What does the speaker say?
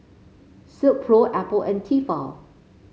Silkpro Apple and Tefal